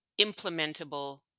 implementable